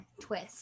twist